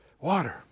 water